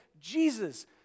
Jesus